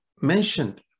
mentioned